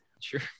Sure